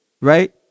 right